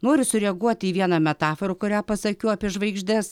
noriu sureaguoti į vieną metaforą kurią pasakiau apie žvaigždes